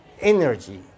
energy